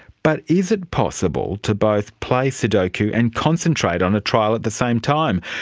but is it possible to both play sudoku and concentrate on a trial at the same time?